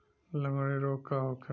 लगंड़ी रोग का होखे?